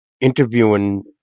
interviewing